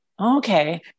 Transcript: okay